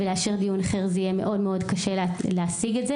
וזה יהיה מאוד מאוד קשה להשיג דיון נוסף.